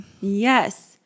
Yes